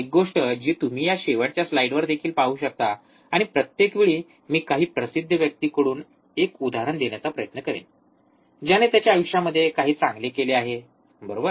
एक गोष्ट जी तुम्ही या शेवटच्या स्लाइडवर देखील पाहू शकता आणि प्रत्येक वेळी मी काही प्रसिद्ध व्यक्तीकडून एक उदाहरण देण्याचा प्रयत्न करेन ज्याने त्याच्या आयुष्यात काही चांगले केले आहे बरोबर